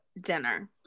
dinner